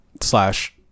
Slash